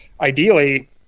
ideally